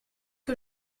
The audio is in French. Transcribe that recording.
que